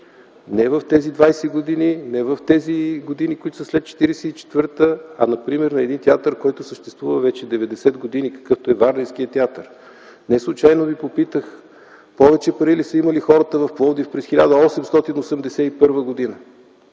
не в тези 20 години, не в тези години, които са след 1944 г., а например на един театър, който съществува вече 90 години, какъвто е Варненският театър. Неслучайно Ви попитах: повече пари ли са имали хората в Пловдив през 1881 г.?